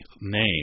name